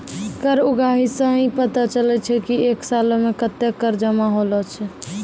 कर उगाही सं ही पता चलै छै की एक सालो मे कत्ते कर जमा होलो छै